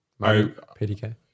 PDK